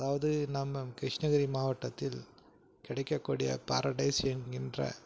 அதாவது நம்ம கிருஷ்ணகிரி மாவட்டத்தில் கிடைக்கக்கூடிய பாரடைஸ் என்கின்ற